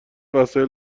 وسایل